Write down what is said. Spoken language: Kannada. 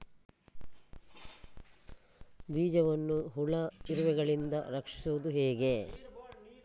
ಬೀಜವನ್ನು ಹುಳ, ಇರುವೆಗಳಿಂದ ರಕ್ಷಿಸುವುದು ಹೇಗೆ?